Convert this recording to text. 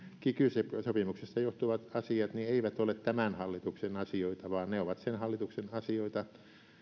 kiky sopimuksesta johtuvat asiat eivät ole tämän hallituksen asioita vaan ne ovat sen hallituksen asioita